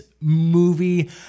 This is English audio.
movie